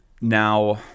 Now